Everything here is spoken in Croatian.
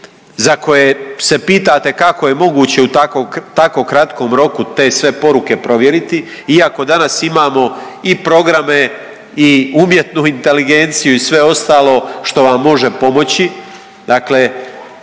za koje se pitate kako je moguće u tako kratkom roku te sve poruke provjeriti, iako danas imamo i programe i umjetnu inteligenciju i sve ostalo što vam može pomoći,